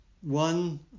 One